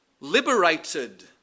liberated